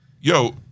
yo